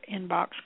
inbox